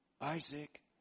Isaac